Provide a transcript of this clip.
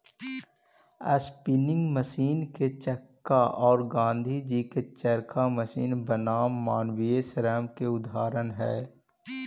spinning machine के चक्का औ गाँधीजी के चरखा मशीन बनाम मानवीय श्रम के उदाहरण हई